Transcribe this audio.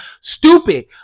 stupid